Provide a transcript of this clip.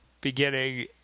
beginning